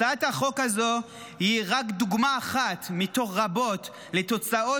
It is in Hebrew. הצעת חוק זו היא רק דוגמה אחת מתוך רבות לתוצאות